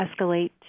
escalate